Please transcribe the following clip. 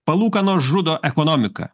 palūkanos žudo ekonomiką